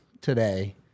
today